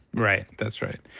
right. that's right.